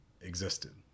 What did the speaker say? existed